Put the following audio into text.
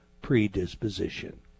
predisposition